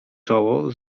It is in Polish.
czoło